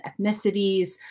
ethnicities